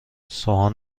سوهان